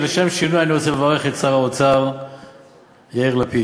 לשם שינוי אני רוצה לברך את שר האוצר יאיר לפיד.